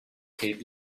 keep